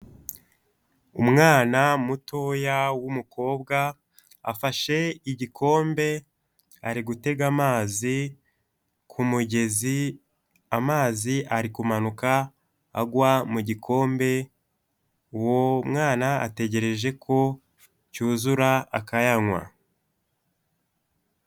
Umwana mutoya w'umukobwa, afashe igikombe, ari gutega amazi ku mugezi, amazi ari kumanuka agwa mu gikombe, uwo mwana ategereje ko cyuzura akayanywa.